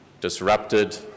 disrupted